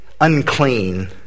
unclean